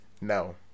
No